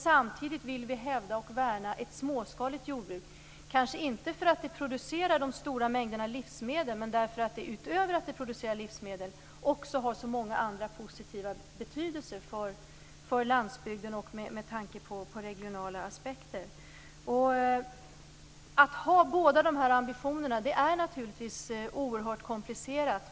Samtidigt vill vi hävda och värna ett småskaligt jordbruk, kanske inte för att det producerar stora mängder livsmedel, men därför att det utöver att det producerar livsmedel också har så många andra positiva betydelser för landsbygden och med tanke på regionala aspekter. Att ha båda de här ambitionerna är naturligtvis oerhört komplicerat.